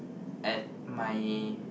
at my